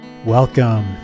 Welcome